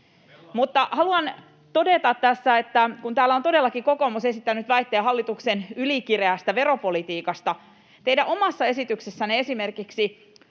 Mutta haluan todeta tässä, kun täällä on todellakin kokoomus esittänyt väitteen hallituksen ylikireästä veropolitiikasta, että teidän omassa esityksessänne, esimerkiksi